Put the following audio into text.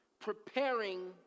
preparing